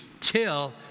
till